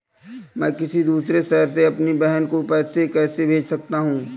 मैं किसी दूसरे शहर से अपनी बहन को पैसे कैसे भेज सकता हूँ?